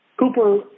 Cooper